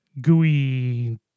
gooey